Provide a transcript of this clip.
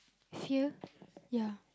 here ya